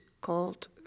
called